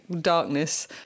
darkness